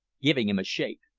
giving him a shake.